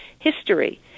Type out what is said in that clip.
history